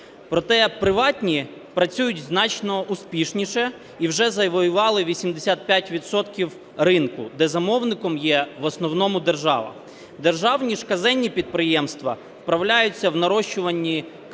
Проте приватні працюють значно успішніше і вже завоювали 85 відсотків ринку, де замовником є в основному держава. Державні ж (казенні) підприємства вправляються в нарощуванні кредиторської